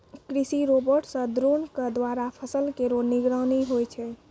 कृषि रोबोट सह द्रोण क द्वारा फसल केरो निगरानी होय छै